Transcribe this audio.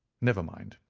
never mind,